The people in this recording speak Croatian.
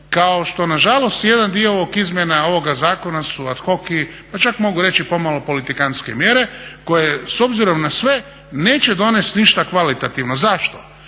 kao što na žalost jedan dio ovog izmjene ovog zakona su ad hoc i pa čak mogu reći pomalo politikantske mjere koje s obzirom na sve neće donest ništa kvalitativno. Zašto?